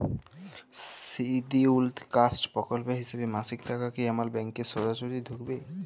Scheduled caste প্রকল্পের হিসেবে মাসিক টাকা কি আমার ব্যাংকে সোজাসুজি ঢুকবে?